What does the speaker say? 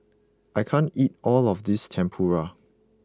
I can't eat all of this Tempura